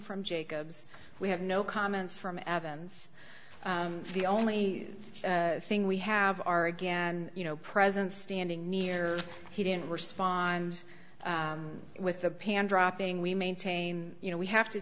from jacobs we have no comments from evans the only thing we have are again you know present standing near he didn't respond with the pan dropping we maintain you know we have to